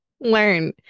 learn